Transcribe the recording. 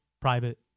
private